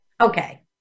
okay